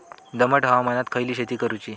दमट हवामानात खयली शेती करूची?